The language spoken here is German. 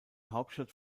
hauptstadt